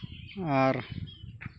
ᱟᱨ